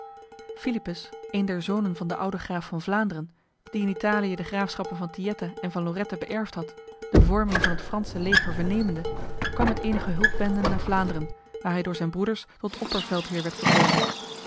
philippus een der zonen van de oude graaf van vlaanderen die in italië de graafschappen van tyetta en van lorette beërfd had de vorming van het frans leger vernemende kwam met enige hulpbenden naar vlaanderen waar hij door zijn broeders tot opperveldheer werd verkozen